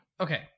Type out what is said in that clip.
Okay